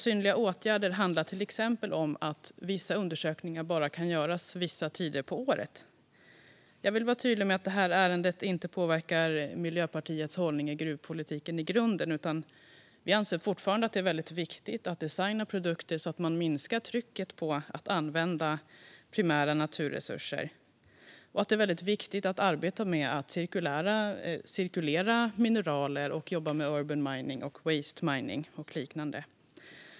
Synnerliga skäl handlar till exempel om att vissa undersökningar bara kan göras vissa tider på året. Jag vill vara tydlig med att det här ärendet inte påverkar Miljöpartiets hållning i gruvpolitiken i grunden. Vi anser fortfarande att det är viktigt att designa produkter så att man minskar trycket på att använda primära naturresurser. Det är också viktigt att arbeta med att cirkulera mineral, jobba med urban mining, waste mining och liknande.